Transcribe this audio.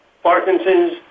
Parkinson's